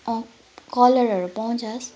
अँ कलरहरू पाउँछस्